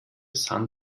sand